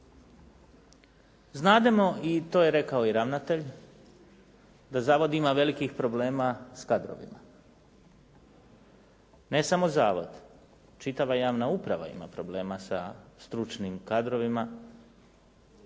Znademo i to je rekao i ravnatelj da zavod ima velikih problema s kadrovima. Ne samo zavod, čitava javna uprava ima problema sa stručnim kadrovima,